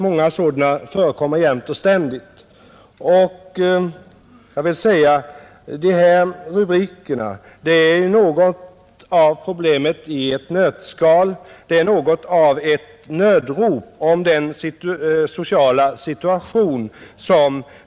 Många sådana förekommer ständigt och jämt. Rubrikerna ger, kan man säga, problemet i ett nötskal — de är något av nödrop i fråga om den sociala situationen.